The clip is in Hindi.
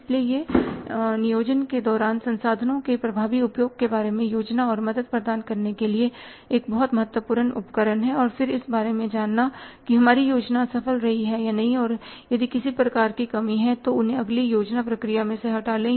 इसलिए यह नियोजन के दौरान संसाधनों के प्रभावी उपयोग के बारे में योजना और मदद प्रदान करने के लिए एक बहुत महत्वपूर्ण उपकरण है और फिर इस बारे में जानना कि हमारी योजना सफल रही है या नहीं और यदि किसी प्रकार की कमी है तो उन्हें अगली योजना प्रक्रिया में से हटा दें